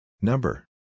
Number